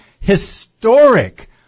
Historic